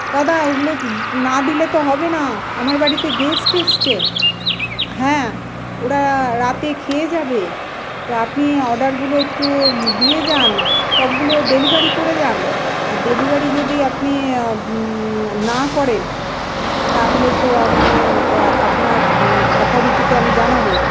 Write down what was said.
দাদা ওগুলো না দিলে তো হবে না আমার বাড়িতে গেস্ট এসছে হ্যাঁ ওরা রাতে খেয়ে যাবে তো আপনি অর্ডারগুলো একটু দিয়ে যান সবগুলো ডেলিভারি করে যান আর ডেলিভারি যদি আপনি না করেন তাহলে তো আমি আপনার অথোরিটিকে আমি জানবো